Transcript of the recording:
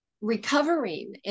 recovering